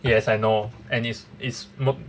yes I know and it's it's mook~